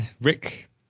Rick